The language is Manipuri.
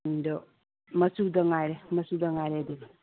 ꯑꯗꯣ ꯃꯆꯨꯗꯪ ꯉꯥꯏꯔꯦ ꯃꯆꯨꯗꯪ ꯉꯥꯏꯔꯦꯗꯤ